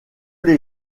les